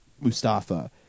Mustafa